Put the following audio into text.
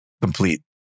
complete